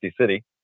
city